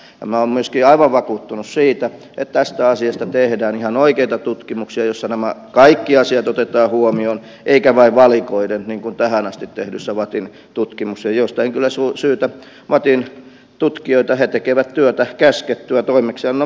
minä olen myöskin aivan vakuuttunut siitä että tästä asiasta tehdään ihan oikeita tutkimuksia joissa nämä kaikki asiat otetaan huomioon eikä vain valikoiden niin kuin tähän asti tehdyssä vattin tutkimuksessa josta en kyllä syytä vattin tutkijoita he tekevät työtä käskettyä toimeksiannon mukaisesti